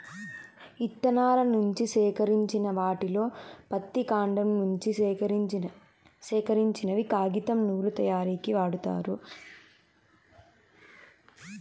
ఇత్తనాల నుంచి సేకరించిన వాటిలో పత్తి, కాండం నుంచి సేకరించినవి కాగితం, నూలు తయారీకు వాడతారు